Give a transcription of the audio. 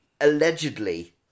Allegedly